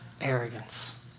arrogance